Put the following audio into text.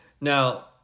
Now